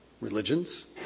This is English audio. religions